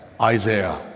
Isaiah